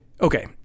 Okay